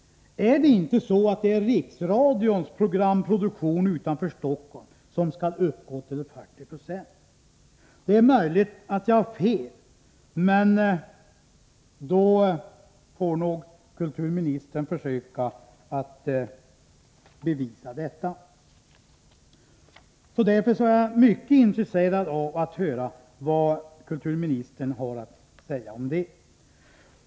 Är det inte så att det är Riksradions programproduktion utanför Stockholm som skall uppgå till 40 96? Det är möjligt att jag har fel, men då får nog kulturministern försöka bevisa det. Jag är mycket intresserad av att höra vad kulturministern har att säga om detta.